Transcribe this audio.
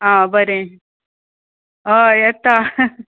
आं बरें हय येता